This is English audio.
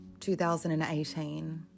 2018